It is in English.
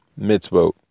Mitzvot